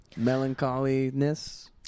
Melancholiness